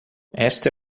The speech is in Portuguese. esta